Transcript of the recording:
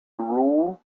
rule